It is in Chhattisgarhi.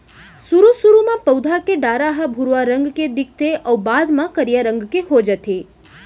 सुरू सुरू म पउधा के डारा ह भुरवा रंग के दिखथे अउ बाद म करिया रंग के हो जाथे